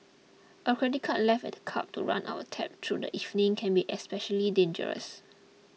a credit card left at the club to run up a tab through the evening can be especially dangerous